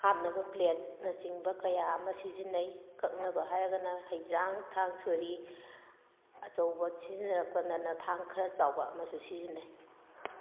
ꯍꯥꯞꯅꯕ ꯄ꯭ꯂꯦꯠꯅꯆꯤꯡꯕ ꯀꯌꯥ ꯑꯃ ꯁꯤꯖꯤꯟꯅꯩ ꯀꯛꯅꯕ ꯍꯥꯏꯔꯒꯅ ꯍꯩꯖ꯭ꯔꯥꯡ ꯊꯥꯡ ꯁꯣꯔꯤ ꯑꯆꯧꯕ ꯁꯤꯖꯤꯟꯅꯔꯛꯄꯗꯅ ꯊꯥꯡ ꯈꯔ ꯆꯥꯎꯕ ꯑꯃꯁꯨ ꯁꯤꯖꯤꯟꯅꯩ